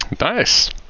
Nice